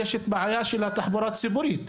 יש את הבעיה של התחבורה הציבורית.